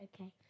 Okay